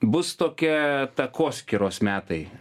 bus tokie takoskyros metai